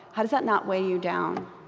how does that not weigh you down?